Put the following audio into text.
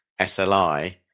SLI